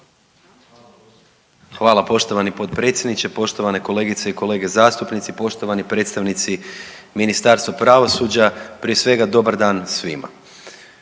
Hvala poštovani potpredsjedniče, poštovane kolegice i kolege zastupnici, poštovani predstavnici Ministarstva pravosuđa, prije svega dobar dan svima.